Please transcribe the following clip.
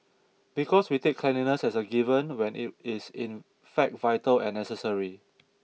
because we take cleanliness as a given when it is in fact vital and necessary